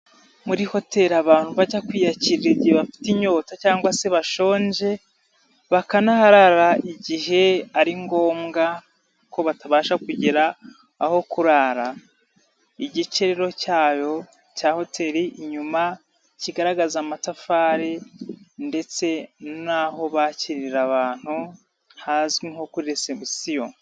Muri hoteli abantu bajya kwiyakira igihe bafite inyota cyangwa se bashonje, bakanaharara igihe ari ngombwa ko batabasha kugera aho kurara, igice cyayo cya hoteli inyuma kigaragaza amatafari ndetse n'aho bakirira abantu hazwi nko kuri resebusiyo.